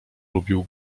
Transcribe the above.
lubił